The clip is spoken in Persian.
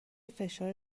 فشار